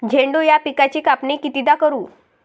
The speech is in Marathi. झेंडू या पिकाची कापनी कितीदा करू?